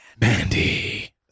Mandy